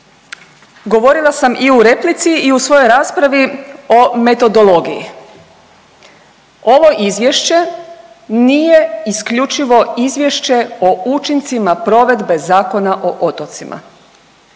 govorila sam i u replici i u svojoj raspravi o metodologiji. Ovo izvješće nije isključivo izvješće o učincima provedbe Zakona o otocima,